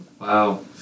Wow